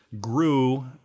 grew